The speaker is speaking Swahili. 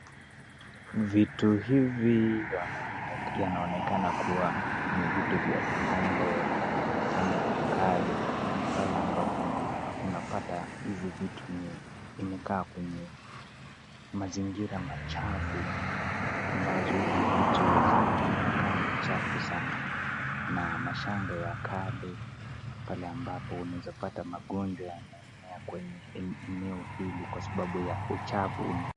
Vitu hivi vinaonekana kuwa ni vitu vya kitambo, vitambo vya kale. Pale ambapo unapata hizi vitu ni imekaa kwenye mazingira machafu ambazo hizi vitu zinakaa machafu sana na mashanga ya kale pale ambapo unaweza pata magonjwa yaeneayo kwenye eneo hili kwa sababu ya uchafu unaoonekana.